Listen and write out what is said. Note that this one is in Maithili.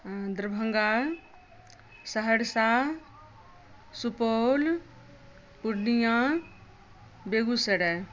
दरभङ्गा सहरसा सुपौल पुर्णियाँ बेगूसराय